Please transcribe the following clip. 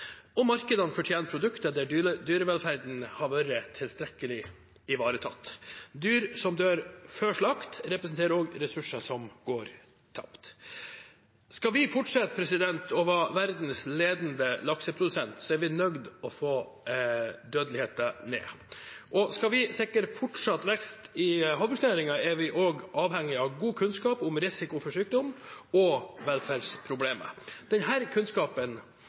og markedene fortjener produkter der dyrevelferden har vært tilstrekkelig ivaretatt. Dyr som dør før slakt, representerer også ressurser som går tapt. Skal vi fortsette å være verdens ledende lakseprodusent, er vi nødt til å få dødeligheten ned. Og skal vi sikre fortsatt vekst i havbruksnæringen, er vi også avhengig av god kunnskap om risiko for sykdom og velferdsproblemer. Denne kunnskapen